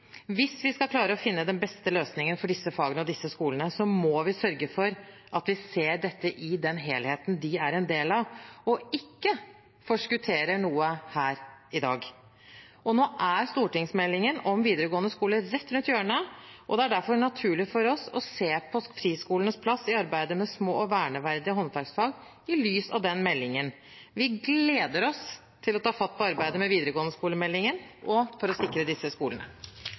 Hvis vi skal klare å finne den beste løsningen for disse fagene og skolene, må vi sørge for at vi ser dette i den helheten de er en del av, og ikke forskutterer noe her i dag. Nå er stortingsmeldingen om videregående skole rett rundt hjørnet, og det er derfor naturlig for oss å se på friskolenes plass i arbeidet med små og verneverdige håndverksfag i lys av den meldingen. Vi gleder oss til å ta fatt på arbeidet med videregående skole-meldingen og med å sikre disse skolene.